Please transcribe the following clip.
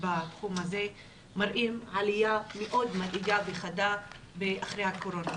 בתחום הזה מראים עליה מאוד מדאיגה וחדה אחרי הקורונה,